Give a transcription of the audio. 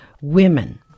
women